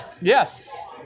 Yes